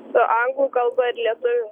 su anglų kalba ir lietuvių